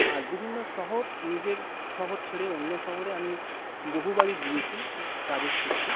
আর বিভিন্ন শহর নিজের শহর ছেড়ে অন্য শহরে আমি বহুবারই গিয়েছি কাজের সূত্রে